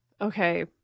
Okay